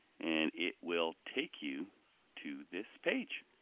and it will take you to this page